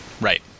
right